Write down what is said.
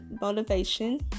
motivation